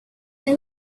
they